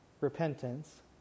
repentance